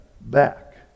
back